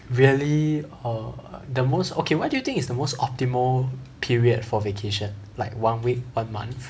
really err the most okay what do you think is the most optimal period for vacation like one week a month